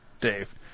Dave